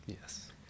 Yes